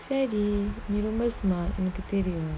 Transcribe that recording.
சரிநீரொம்ப:sari nee romba smart எனக்குதெரியும்:enaku therium